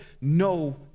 no